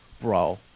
bro